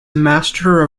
master